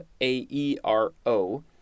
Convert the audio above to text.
A-E-R-O